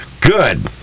Good